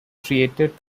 created